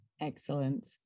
Excellent